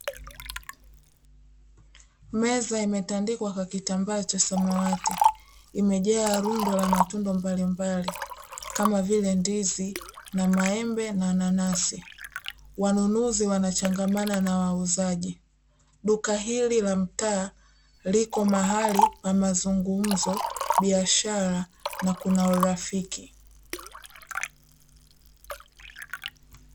Meza imetandikwa kwa kitambaa cha samawati, imejaa rundo la matunda mbalimbali kama vile; ndizi na maembe na nanasi. Wanunuzi wanachangamana na wauzaji. Duka hili la mtaa liko mahali pa mazungumzo, biashara na kuna urafiki.